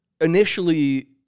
initially